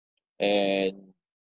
and